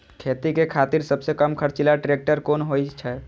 खेती के खातिर सबसे कम खर्चीला ट्रेक्टर कोन होई छै?